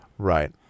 Right